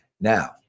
Now